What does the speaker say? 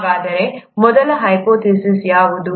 ಹಾಗಾದರೆ ಮೊದಲ ಹೈಪೋಥಿಸಿಸ್ ಯಾವುದು